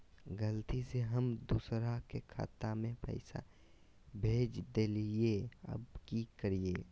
गलती से हम दुसर के खाता में पैसा भेज देलियेई, अब की करियई?